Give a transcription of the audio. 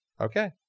Okay